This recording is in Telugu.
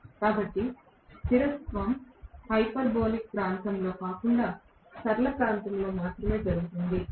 కాబట్టి స్థిరత్వం హైపర్బోలిక్ ప్రాంతంలో కాకుండా సరళ ప్రాంతంలో మాత్రమే జరుగుతుంది